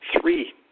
three